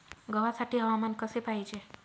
गव्हासाठी हवामान कसे पाहिजे?